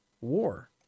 war